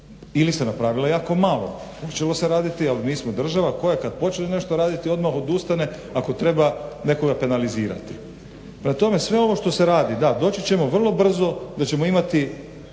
ili se napravila jako malo. Počelo se raditi ali mi smo država koja kad počne nešto raditi odmah odustane ako treba nekoga penalizirati. Prema tome, sve ovo što se radi, da doći ćemo vrlo brzo da ćemo imati